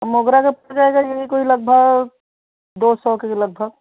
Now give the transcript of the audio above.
मोगरा पड़ जाएगा यही कोई लगभग दो सौ के लगभग